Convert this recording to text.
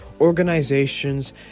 organizations